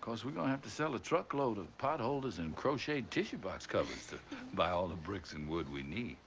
course we're going to have to sell a truck load pot holders and crocheted tissue box covers to buy all the bricks and wood we need.